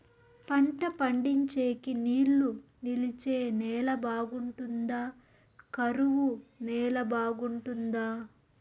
పంట పండించేకి నీళ్లు నిలిచే నేల బాగుంటుందా? కరువు నేల బాగుంటుందా?